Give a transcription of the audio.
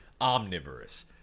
omnivorous